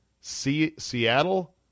Seattle